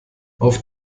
auf